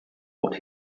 what